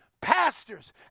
pastors